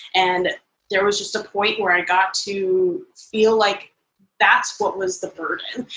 and there was just a point where i got to feel like that's what was the burden.